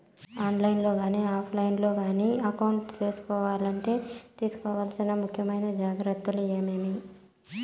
On line లో కానీ offline లో కానీ అకౌంట్ సేసుకోవాలంటే తీసుకోవాల్సిన ముఖ్యమైన జాగ్రత్తలు ఏమేమి?